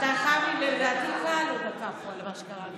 אתה חייב לי, לדעתי, דקה על מה שקרה פה.